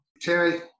Terry